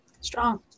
Strong